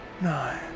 nine